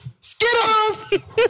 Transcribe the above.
Skittles